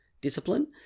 discipline